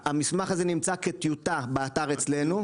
המסמך הזה נמצא כטיוטה באתר אצלנו.